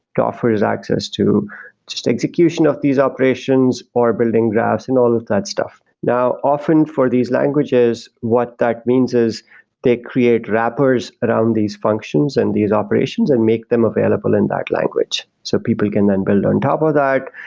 offers access to just execution of these operations or building graphs and all of that stuff. now, often, for these languages what that means is they create rappers around these functions and these operations and make them available in that language so people can then build on top of that,